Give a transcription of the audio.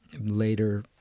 later